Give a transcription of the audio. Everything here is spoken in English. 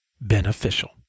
beneficial